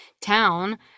town